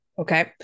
Okay